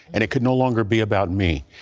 and it could no longer be about me.